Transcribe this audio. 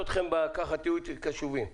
תהיו קשובים אליי.